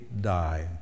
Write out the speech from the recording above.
die